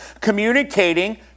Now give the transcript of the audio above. communicating